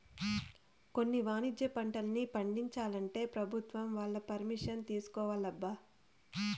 కొన్ని వాణిజ్య పంటల్ని పండించాలంటే పెభుత్వం వాళ్ళ పరిమిషన్ తీసుకోవాలబ్బా